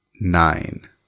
nine